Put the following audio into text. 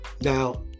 Now